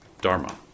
dharma